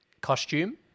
Costume